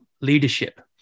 leadership